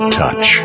touch